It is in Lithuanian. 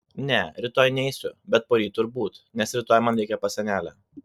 ne rytoj neisiu bet poryt turbūt nes rytoj man reikia pas senelę